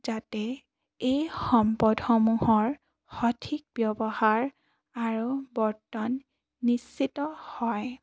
যাতে এই সম্পদসমূহৰ সঠিক ব্যৱহাৰ আৰু বৰ্তন নিশ্চিত হয়